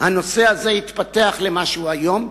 הנושא הזה התפתח למה שהוא היום,